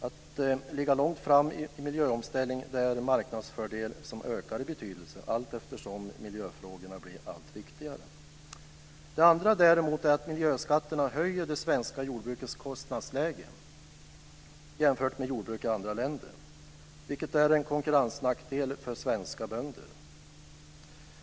Att ligga långt fram i miljöomställning är en marknadsfördel som ökar i betydelse allteftersom miljöfrågorna blir allt viktigare. Det andra är att miljöskatterna höjer det svenska jordbrukets kostnadsläge jämfört med jordbruk i andra länder. Det är en konkurrensnackdel för svenska bönder.